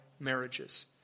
Marriages